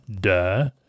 duh